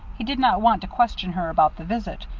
he did not want to question her about the visit,